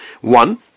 One